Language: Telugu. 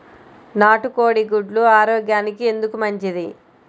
నాటు కోడి గుడ్లు ఆరోగ్యానికి ఎందుకు మంచిది?